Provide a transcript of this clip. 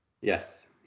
Yes